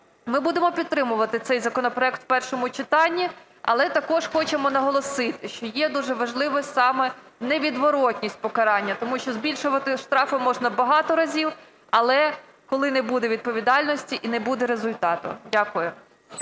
Ми будемо підтримувати цей законопроект в першому читанні, але також хочемо наголосити, що є дуже важливо саме невідворотність покарання, тому що збільшувати штрафи можна багато разів, але коли не буде відповідальності, і не буде результату. Дякую.